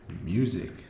Music